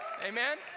amen